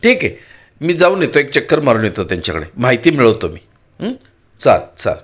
ठीक आहे मी जाऊन येतो एक चक्कर मारून येतो त्यांच्याकडे माहिती मिळवतो मी चाल चाल